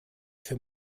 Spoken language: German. für